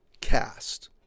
cast